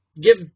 give